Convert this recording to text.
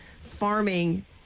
farming